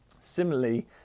Similarly